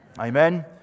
Amen